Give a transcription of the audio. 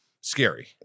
scary